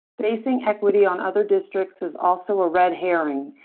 facing equity on other districts is also a red herring.